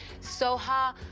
Soha